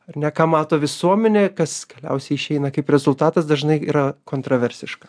ar ne ką mato visuomenė kas galiausiai išeina kaip rezultatas dažnai yra kontroversiška